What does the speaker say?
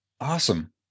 Awesome